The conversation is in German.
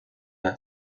hat